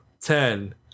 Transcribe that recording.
Ten